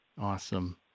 Awesome